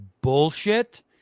bullshit